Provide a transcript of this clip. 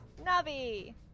Navi